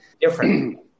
different